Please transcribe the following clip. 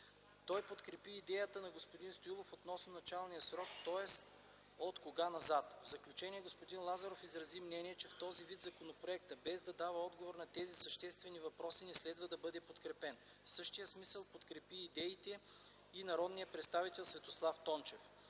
Той подкрепи идеята на господин Стоилов относно началния срок, тоест откога назад. В заключение господин Лазаров изрази мнение, че в този вид законопроектът, без да дава отговор на тези съществени въпроси, не следва да бъде подкрепен. В същия смисъл подкрепи идеите и народният представител Светослав Тончев.